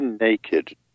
naked